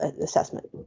assessment